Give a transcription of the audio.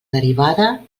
derivada